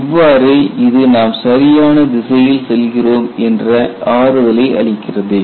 இவ்வாறு இது நாம் சரியான திசையில் செல்கிறோம் என்ற ஆறுதலை அளிக்கிறது